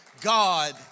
God